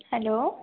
hello